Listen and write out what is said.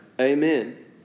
Amen